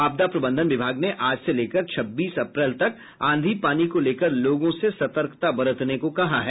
आपदा प्रबंधन विभाग ने आज से लेकर छब्बीस अप्रैल तक आंधी पानी को लेकर लोगों से सतर्कता बरतने को कहा है